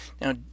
Now